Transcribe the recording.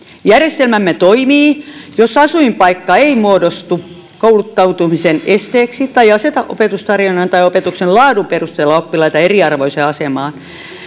järjestelmämme toimii jos asuinpaikka ei muodostu kouluttautumisen esteeksi tai aseta opetustarjonnan tai opetuksen laadun perusteella oppilaita eriarvoiseen asemaan